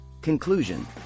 Conclusion